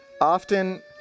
often